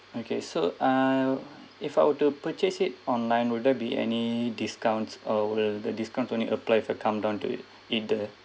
okay so uh if I were to purchase it online will there be any discounts or will the discount only apply for come down to it either